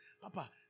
Papa